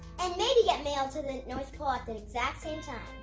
and maybe get mailed to the north pole at the exact same time.